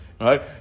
right